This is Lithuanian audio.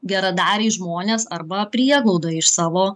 geradariai žmonės arba prieglauda iš savo